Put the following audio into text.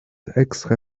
extra